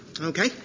Okay